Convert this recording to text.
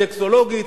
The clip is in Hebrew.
סקסולוגית,